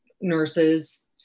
nurses